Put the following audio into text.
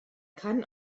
kann